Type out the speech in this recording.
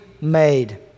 made